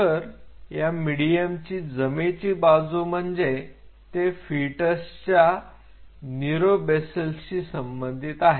तर या मीडियमची जमेची बाजू म्हणजे ते फिटसच्या न्यूरोबेसलशी संबंधित आहे